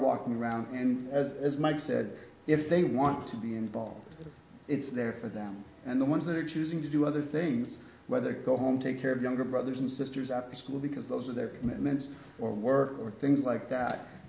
walking around and as mike said if they want to be involved it's there for them and the ones that are choosing to do other things whether go home take care of younger brothers and sisters after school because those are their commitments or work or things like that